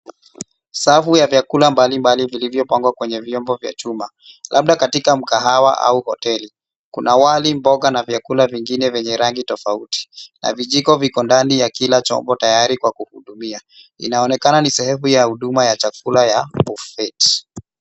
Safu ya vyakula mbalimbali vilivyopangwa kwa rafu za chuma labda katika mkahawa au hoteli. Kuna wali, mboga na vyakula vingine vyenye rangi tofauti na vijiko viko ndani ya Kila chombo tayari kwa kuvitumia. Inaonekana ni sehemu ya huduma ya chakula ya buffet (cs).